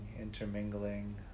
intermingling